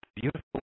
beautiful